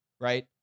Right